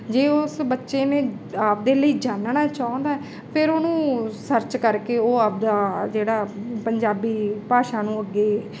ਜੇ ਉਸ ਬੱਚੇ ਨੇ ਆਪਣੇ ਲਈ ਜਾਨਣਾ ਚਾਹੁੰਦਾ ਫਿਰ ਉਹਨੂੰ ਸਰਚ ਕਰਕੇ ਉਹ ਆਪਣਾ ਜਿਹੜਾ ਪੰਜਾਬੀ ਭਾਸ਼ਾ ਨੂੰ ਅੱਗੇ